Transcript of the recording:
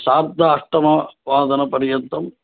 सार्ध अष्टवादनपर्यन्तम्